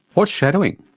what's shadowing?